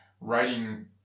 writing